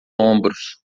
ombros